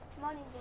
Morning